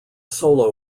solo